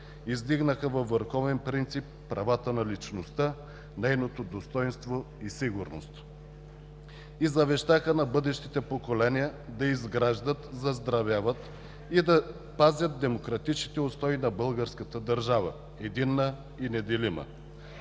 Издигнаха във върховен принцип правата на личността, нейното достойнство и сигурност и завещаха на бъдещите поколения да изграждат, заздравяват и да пазят демократичните устои на българската държава – единна и неделима.